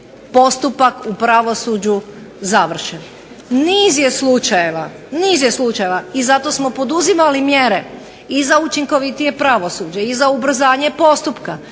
postupak u pravosuđu završen. Niz je slučajeva i zato smo poduzimali mjere i za učinkovitije pravosuđe i za ubrzanje postupka,